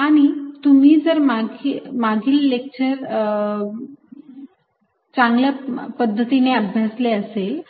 आणि तुम्ही जर मागील लेक्चर चांगल्या पद्धतीने अभ्यासले असेल